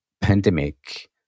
pandemic